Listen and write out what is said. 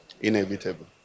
Inevitable